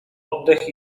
oddech